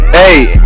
hey